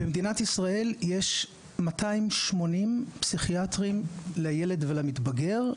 במדינת ישראל יש 280 פסיכיאטרים לילד ולמתבגר,